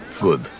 good